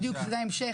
בדיוק זה ההמשך,